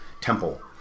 Temple